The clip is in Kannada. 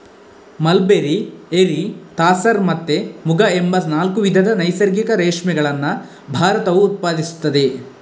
ಮಲ್ಬೆರಿ, ಎರಿ, ತಾಸರ್ ಮತ್ತೆ ಮುಗ ಎಂಬ ನಾಲ್ಕು ವಿಧದ ನೈಸರ್ಗಿಕ ರೇಷ್ಮೆಗಳನ್ನ ಭಾರತವು ಉತ್ಪಾದಿಸ್ತದೆ